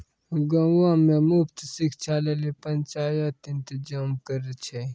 गांवो मे मुफ्त शिक्षा लेली पंचायत इंतजाम करै छै